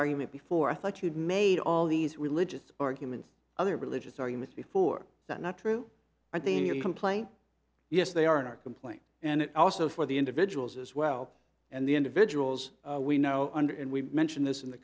argument before i thought you'd made all these religious arguments other religious arguments before that not true i think your complaint yes they are complaint and it also for the individuals as well and the individuals we know under and we mention this in the